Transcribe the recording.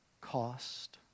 cost